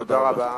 תודה רבה.